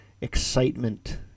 excitement